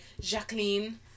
Jacqueline